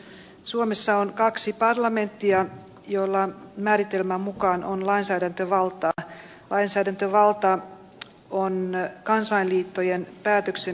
i det sammanhanget höjdes bland annat minimistraffet för sexuellt utnyttjande av barn med mera